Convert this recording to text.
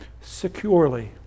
securely